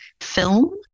film